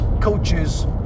coaches